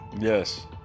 yes